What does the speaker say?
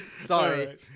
Sorry